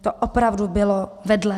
To opravdu bylo vedle.